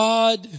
God